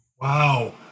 Wow